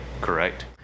correct